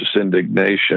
indignation